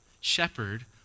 Shepherd